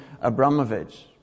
Abramovich